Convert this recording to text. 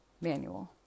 manual